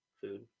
Food